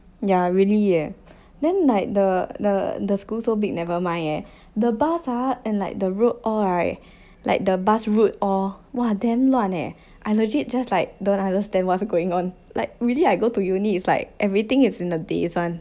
yeah really eh then like the the the school so big nevermind eh the bus ah and like the road all right like the bus route all !wah! damn : eh I legit just like don't understand what's going on like really I go to uni is like everything is in a daze [one]